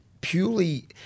purely